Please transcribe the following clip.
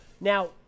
now